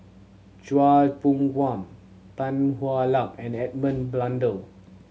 Chua Phung Tan Hwa Luck and Edmund Blundell